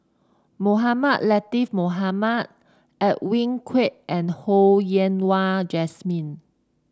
Mohamed Latiff Mohamed Edwin Koek and Ho Yen Wah Jesmine